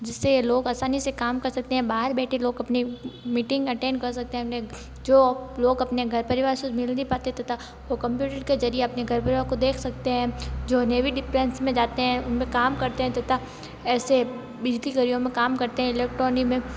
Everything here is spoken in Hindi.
जिस से लोग आसानी से कम कर सकते हैं बाहर बैठे लोग अपनी मीटिंग अटेंड कर सकते हैं अपने जो लोग अपने घर परिवार से मिल नहीं पाते तथा वो कंप्युटर के ज़रिए अपने घर परिवार को देख सकते हैं जो नेवी डिफेन्स में जाते हैं उन में काम करते हैं तथा ऐसे बिजली कार्यों में काम करते हैं इलेक्ट्रॉनिक में